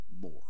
more